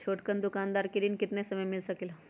छोटकन दुकानदार के ऋण कितने समय मे मिल सकेला?